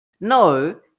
No